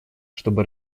чтобы